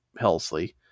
Helsley